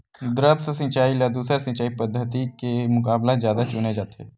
द्रप्स सिंचाई ला दूसर सिंचाई पद्धिति के मुकाबला जादा चुने जाथे